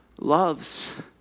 loves